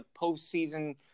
postseason